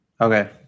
Okay